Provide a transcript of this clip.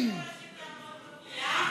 הם לא יודעים לעמוד במילה,